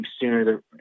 sooner